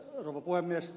rouva puhemies